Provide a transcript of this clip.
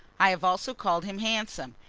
i have also called him handsome.